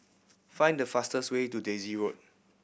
find the fastest way to Daisy Road